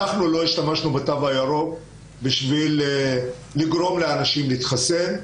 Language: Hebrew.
אנחנו לא השתמשנו בתו הירוק בשביל לגרום לאנשים להתחסן,